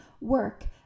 work